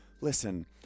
Listen